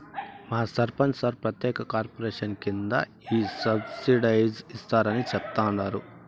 మా సర్పంచ్ సార్ ప్రత్యేక కార్పొరేషన్ కింద ఈ సబ్సిడైజ్డ్ ఇస్తారని చెప్తండారు